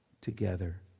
together